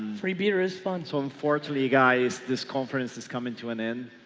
free beer is fun. so unfortunately you guys, this conference is coming to an end.